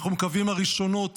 אנחנו מקווים שהראשונות